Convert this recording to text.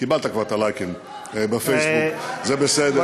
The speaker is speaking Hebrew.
קיבלת כבר את הלייקים בפייסבוק, זה בסדר.